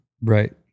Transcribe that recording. right